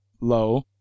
low